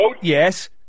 Yes